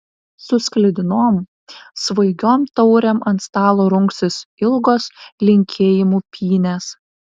su sklidinom svaigiom taurėm ant stalo rungsis ilgos linkėjimų pynės